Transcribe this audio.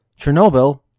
Chernobyl